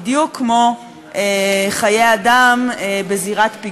מדובר בסדרה של הצעות חוק שמטרתן להתמודד עם